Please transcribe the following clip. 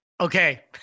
Okay